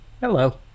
Hello